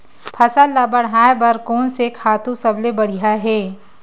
फसल ला बढ़ाए बर कोन से खातु सबले बढ़िया हे?